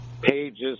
pages